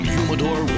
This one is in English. Humidor